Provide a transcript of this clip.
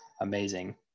amazing